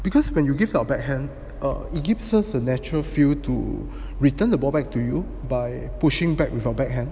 because when you give up backhand err it gives us a natural feel to return the ball back to you by pushing back with our backhand